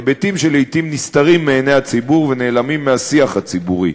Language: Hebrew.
היבטים שלעתים נסתרים מעיני הציבור ונעלמים מהשיח הציבורי.